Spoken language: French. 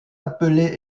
appelée